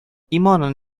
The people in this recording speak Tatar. иманын